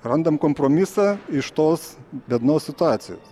randam kompromisą iš tos bėdnos situacijos